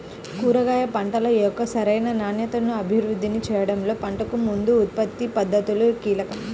కూరగాయ పంటల యొక్క సరైన నాణ్యతను అభివృద్ధి చేయడంలో పంటకు ముందు ఉత్పత్తి పద్ధతులు కీలకం